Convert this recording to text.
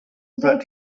but